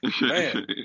Man